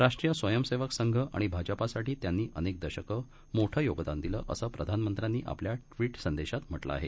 राष्ट्रीयस्वयंसेवकसंघआणिभाजपासाठीत्यांनीअनेकदशकमोठयोगदानदिलंअसंप्रधानमंत्र्यांनीआपल्याट्विटसंदेशातम्हटलंआहे